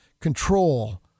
control